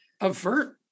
avert